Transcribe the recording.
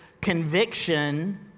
conviction